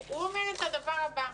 הוא אומר את הדבר הבא: